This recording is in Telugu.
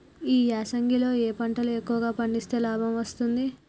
ఈ యాసంగి లో ఏ పంటలు ఎక్కువగా పండిస్తే లాభం వస్తుంది?